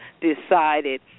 decided